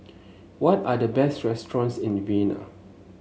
what are the best restaurants in Vienna